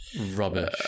Rubbish